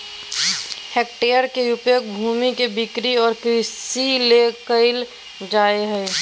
hectare के उपयोग भूमि के बिक्री और कृषि ले कइल जाय हइ